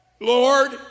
Lord